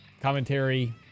commentary